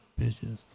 bitches